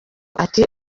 ati